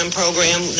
program